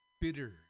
bitter